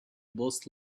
boss